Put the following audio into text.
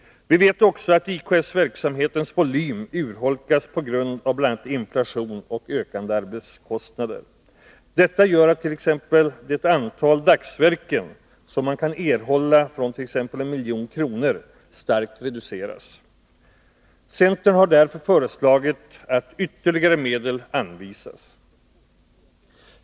Vi vet också att IKS-verksamhetens volym urholkas på grund av bl.a. inflation och ökade arbetskostnader. Detta gör attt.ex. det antal dagsverken som man kan erhålla med exempelvis 1 milj.kr. starkt reduceras. Centern har därför föreslagit att ytterligare medel skall anvisas.